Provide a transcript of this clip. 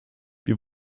wir